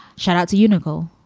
shout out to unical.